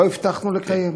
לא הבטחנו לקיים.